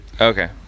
Okay